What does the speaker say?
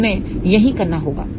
तो हमें यही करना होगा